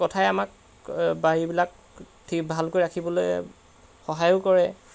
কথাই আমাক বাৰীবিলাক ঠিক ভালকৈ ৰাখিবলৈ সহায়ো কৰে